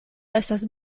estas